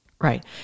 right